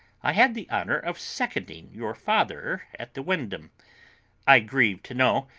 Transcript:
i had the honour of seconding your father at the windham i grieve to know,